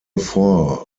four